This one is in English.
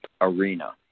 arena